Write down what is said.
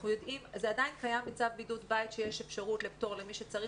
זה עדיין קיים בצו בידוד בית שיש אפשרות לפטור למי שצריך